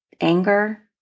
anger